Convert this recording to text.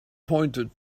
pointed